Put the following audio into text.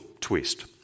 twist